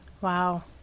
Wow